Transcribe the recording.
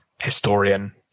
historian